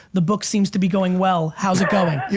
the book seems to be going well. how's it going?